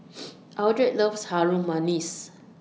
Eldred loves Harum Manis